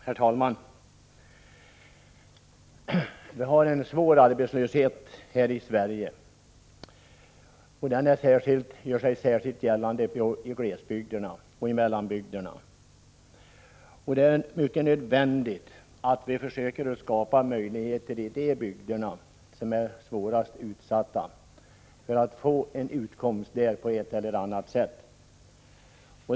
Herr talman! Vi har en svår arbetslöshet här i Sverige. Den gör sig särskilt gällande i glesbygderna och i mellanbygderna. Det är nödvändigt att vi försöker skapa arbetsmöjligheter i de bygder som är mest utsatta, så att människorna där kan få en utkomst på ett eller annat sätt.